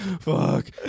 Fuck